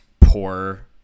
poor